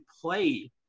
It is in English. play